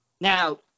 Now